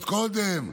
עוד קודם.